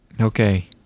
okay